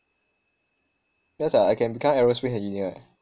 yes ah I can become aerospace engineer leh